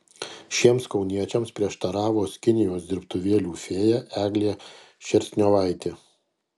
šiems kauniečiams prieštaravo skinijos dirbtuvėlių fėja eglė šerstniovaitė